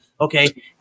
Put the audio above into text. Okay